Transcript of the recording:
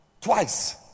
twice